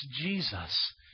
Jesus